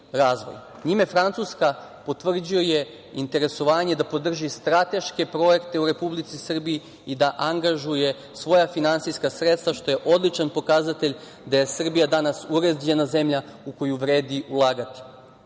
Njime Francuska potvrđuje interesovanje da podrži strateške projekte u Republici Srbiji i da angažuje svoja finansijska sredstva, što je odličan pokazatelj da je Srbija danas uređena zemlja u koju vredi ulagati.